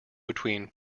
between